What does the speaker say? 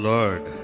Lord